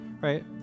right